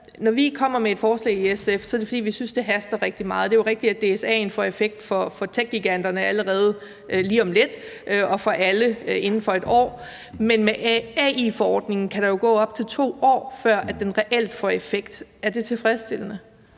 når vi kommer med et forslag fra SF's side, er det, fordi vi synes, det haster rigtig meget. Det er jo rigtigt, at DSA'en får effekt for techgiganterne allerede lige om lidt og for alle inden for 1 år, men med AI-forordningen kan der gå op til 2 år, før den reelt får effekt. Er det tilfredsstillende?